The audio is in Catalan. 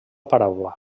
paraula